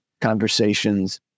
conversations